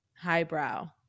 highbrow